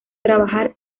trabajar